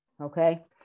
Okay